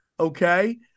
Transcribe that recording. Okay